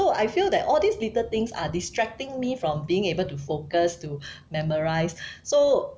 so I feel that all these little things are distracting me from being able to focus to memorise so